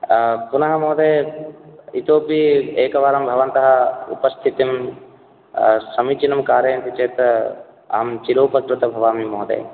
पुनः महोदय इतोऽपि एकवारं भवन्तः उपस्थितिं समीचिनं कारयन्ति चेत् अहं चिरूपकृतः भवामि महोदय